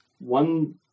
one